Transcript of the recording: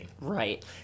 Right